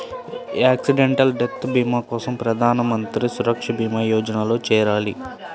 accidental death భీమా కోసం ప్రధాన్ మంత్రి సురక్షా భీమా యోజనలో చేరాలి